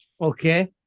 Okay